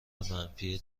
مفهومی